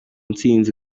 ntsinzi